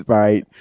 right